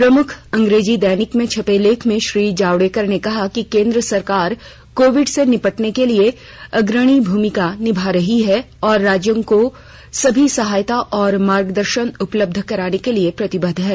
प्रमुख अंग्रेजी दैनिक में छपे लेख में श्री जावडेकर ने कहा कि केन्द्र सरकार कोविड से निपटने के लिए अग्रणी भूमिका निभा रही है और राज्यों को सभी सहायता और मार्गदर्शन उपलब्ध कराने के लिए प्रतिबद्ध है